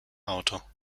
auto